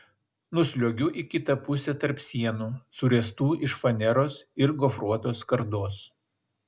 nusliuogiu į kitą pusę tarp sienų suręstų iš faneros ir gofruotos skardos